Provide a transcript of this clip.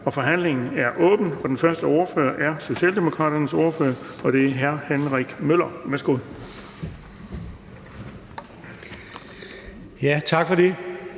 Forhandlingen er åbnet, og den første ordfører er Socialdemokraternes ordfører, og det er hr. Henrik Møller. Værsgo. Kl.